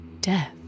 death